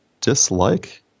dislike